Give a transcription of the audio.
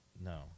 no